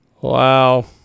Wow